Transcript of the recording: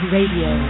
Radio